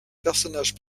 personnage